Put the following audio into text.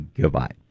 Goodbye